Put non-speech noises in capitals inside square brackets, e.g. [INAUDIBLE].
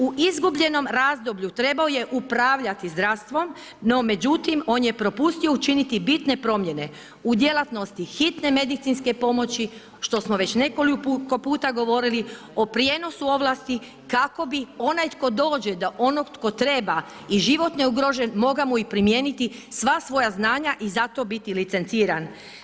U izgubljenom razdoblju trebao je upravljati zdravstvom no međutim on je propustio učiniti bitne promjene u djelatnosti hitne medicinske pomoći što smo već nekoliko puta govorili o prijenosu ovlasti kako bi onaj tko dođe, do onog tko treba i ... [UNINTELLIGIBLE] mogao mu primijeniti sva svoja znanja i zato biti licenciran.